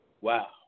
Wow